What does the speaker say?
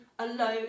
alone